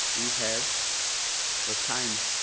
we have a sine